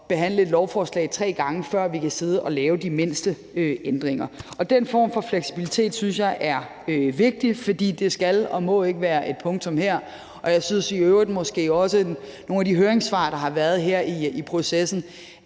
behandle et lovforslag tre gange, før vi kan sidde og lave de mindste ændringer. Kl. 17:47 Den form for fleksibilitet synes jeg er vigtig, for det skal og må ikke være et punktum her. Og jeg synes i øvrigt også, at der i nogle af de høringssvar, der har været her i processen,